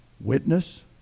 witness